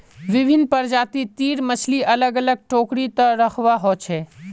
विभिन्न प्रजाति तीर मछली अलग अलग टोकरी त रखवा हो छे